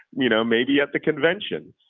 you know, maybe at the conventions.